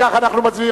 וכך אנחנו מצביעים.